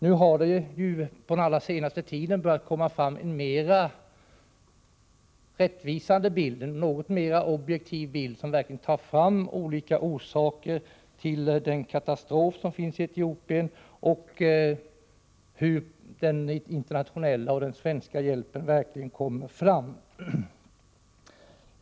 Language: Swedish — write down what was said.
Nu har det på den allra senaste tiden börjat komma fram en något mera rättvisande och objektiv bild, som visar olika orsaker till den katastrof som finns i Etiopien och hur den internationella och svenska hjälpen verkligen kommer fram.